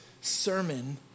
sermon